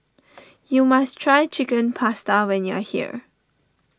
you must try Chicken Pasta when you are here